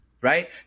right